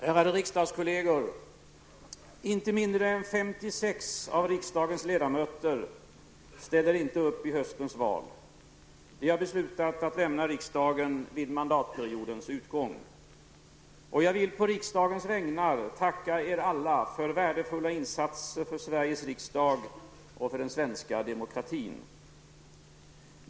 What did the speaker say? Ärade riksdagskolleger! Inte mindre än 56 av riksdagens ledamöter ställer ej upp i höstens val. De har beslutat att lämna riksdagen vid mandatperiodens utgång. Jag vill på riksdagens vägnar tacka er alla för värdefulla insatser för Sveriges riksdag och för den svenska demokratin.